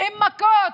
עם מכות,